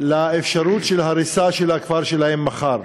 לאפשרות של הריסת הכפר שלהם מחר.